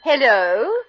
Hello